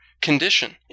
condition